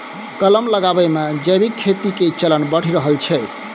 कलम लगाबै मे जैविक खेती के चलन बढ़ि रहल छै